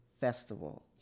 Festival